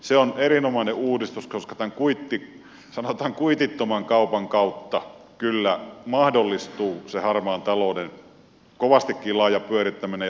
se on erinomainen uudistus koska tämän sanotaan kuitittoman kaupan kautta kyllä mahdollistuu se harmaan talouden kovastikin laaja pyörittäminen